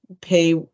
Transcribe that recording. pay